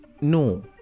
no